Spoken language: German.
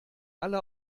alle